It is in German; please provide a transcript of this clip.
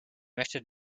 möchte